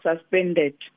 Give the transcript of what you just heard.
suspended